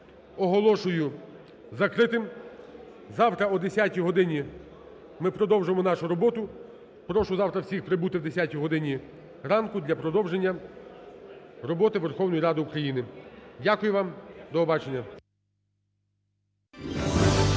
оголошую закритим. Завтра о 10-й годині продовжимо нашу роботу. Прошу завтра всіх прибути о 10-й годині ранку для продовження роботи Верховної Ради України. Дякую вам. До побачення.